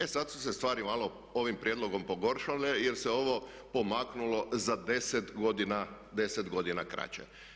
E sad su se stvari malo ovim prijedlogom pogoršale jer se ovo pomaknulo za 10 godina kraće.